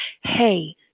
hey